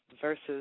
versus –